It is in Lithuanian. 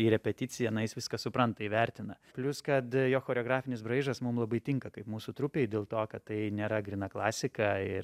į repeticiją na jis viską supranta įvertina plius kad jo choreografinis braižas mum labai tinka kaip mūsų trupei dėl to kad tai nėra gryna klasika ir